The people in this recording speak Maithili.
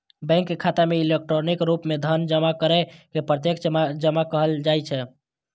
बैंक खाता मे इलेक्ट्रॉनिक रूप मे धन जमा करै के प्रत्यक्ष जमा कहल जाइ छै